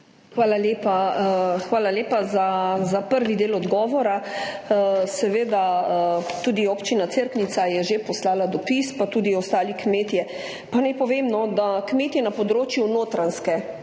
Hvala lepa za prvi del odgovora. Seveda, tudi občina Cerknica je že poslala dopis, pa tudi ostali kmetje. Naj povem, da je kmete na področju Notranjske,